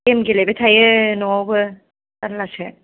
game गेलेबाय थायो न'आवबो जारलासो